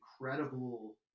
incredible